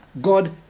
God